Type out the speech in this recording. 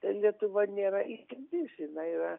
lietuva nėra išimtis jinai yra